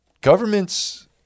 Governments